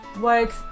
works